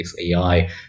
AI